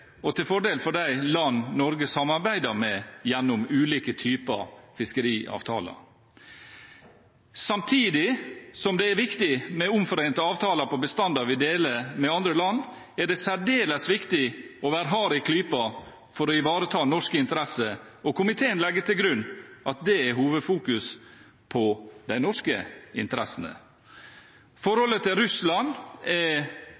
er til fordel både for Norge og for de land Norge samarbeider med gjennom ulike typer fiskeriavtaler. Samtidig som det er viktig med omforente avtaler på bestander vi deler med andre land, er det særdeles viktig å være hard i klypa for å ivareta norske interesser, og komiteen legger til grunn at hovedfokus er de norske interessene. Forholdet til Russland er